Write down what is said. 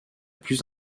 plus